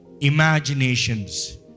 imaginations